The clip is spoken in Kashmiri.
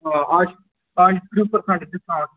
آ آز چھِ آز چھِ ترٛہ پٔرسَنٛٹ ڈِسکَوُنٛٹ